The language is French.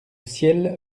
ciel